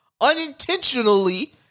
Unintentionally